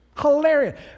Hilarious